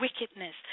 wickedness